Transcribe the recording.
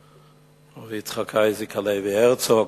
רבי יצחק אייזיק הלוי הרצוג,